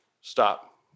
stop